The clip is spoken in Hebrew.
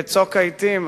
בצוק העתים,